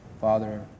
Father